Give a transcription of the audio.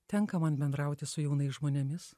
tenka man bendrauti su jaunais žmonėmis